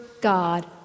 God